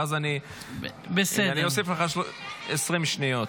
ואז אני אוסיף לך 20 שניות.